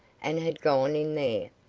and had gone in